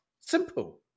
Simple